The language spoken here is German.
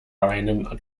einen